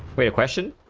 ray question